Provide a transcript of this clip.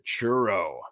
churro